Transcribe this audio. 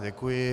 Děkuji.